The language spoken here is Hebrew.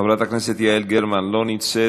חבר הכנסת ג'מאל זחאלקה, לא נמצא,